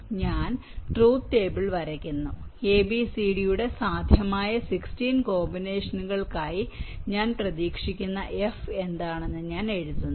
അതിനാൽ ഞാൻ truth table വരയ്ക്കുന്നു അതിനാൽ എ ബി സി ഡി യുടെ സാധ്യമായ 16 കോമ്പിനേഷനുകൾക്കായി ഞാൻ പ്രതീക്ഷിക്കുന്ന എഫ് എന്താണെന്ന് ഞാൻ എഴുതുന്നു